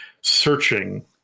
searching